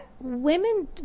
women